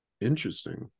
interesting